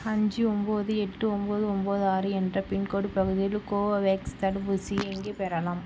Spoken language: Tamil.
அஞ்சு ஒம்பது எட்டு ஒம்பது ஒம்பது ஆறு என்ற பின்கோடு பகுதியில் கோவோவேக்ஸ் தடுப்பூசி எங்கே பெறலாம்